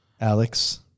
Alex